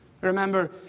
Remember